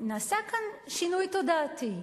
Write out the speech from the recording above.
נעשה כאן שינוי תודעתי.